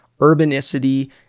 urbanicity